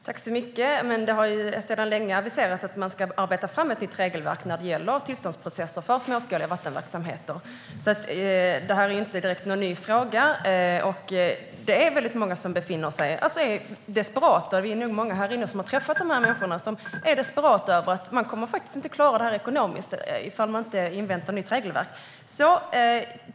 Herr talman! Det har sedan länge aviserats att man ska arbeta fram ett nytt regelverk när det gäller tillståndsprocesser för småskaliga vattenverksamheter, så det är inte direkt någon ny fråga. Vi är nog många här inne som har träffat människor som är desperata därför att de inte kommer att klara det ekonomiskt om inte ett nytt regelverk inväntas.